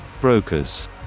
brokers